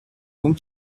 cũng